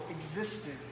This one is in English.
existed